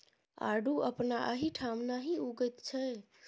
आड़ू अपना एहिठाम नहि उगैत छै